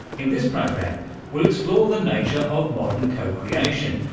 in this program we'll explore the nature of modern co-creation,